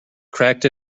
cracked